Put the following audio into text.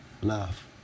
love